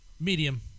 Medium